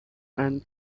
and